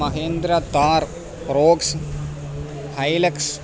Mahindra Thar rocks high Lexus